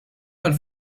tal